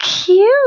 cute